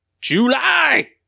July